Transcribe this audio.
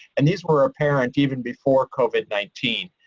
and these were apparent even before covid nineteen.